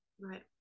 Right